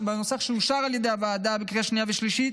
בנוסח שאושר על ידי הוועדה בקריאה שנייה ושלישית.